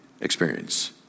experience